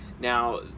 Now